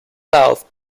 south